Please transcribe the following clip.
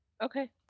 okay